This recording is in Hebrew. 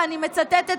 ואני מצטטת,